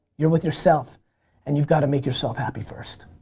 you're with yourself and you've got to make yourself happy first.